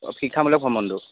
অঁ শিক্ষামূলক ভ্ৰমণটো